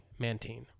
mantine